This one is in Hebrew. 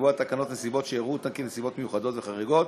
לקבוע בתקנות נסיבות שיראו אותן כנסיבות מיוחדות וחריגות